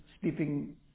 sleeping